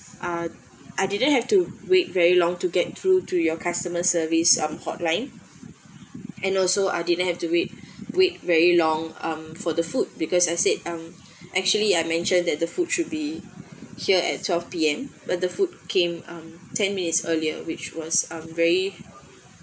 uh I didn't have to wait very long to get through to your customer service um hotline and also I didn't have to wait wait very long um for the food because I said um actually I mentioned that the food should be here at twelve P_M but the food came um ten minutes earlier which was mm very